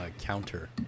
counter